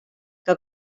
que